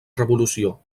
revolució